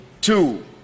Two